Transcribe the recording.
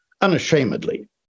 unashamedly